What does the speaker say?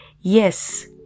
Yes